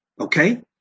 okay